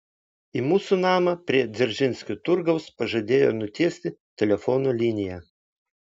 į mūsų namą prie dzeržinskio turgaus pažadėjo nutiesti telefono liniją